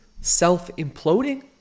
self-imploding